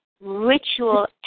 ritual